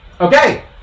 Okay